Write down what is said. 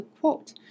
quote